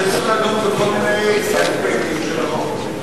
שצריך לדון בכל מיני אספקטים שלו.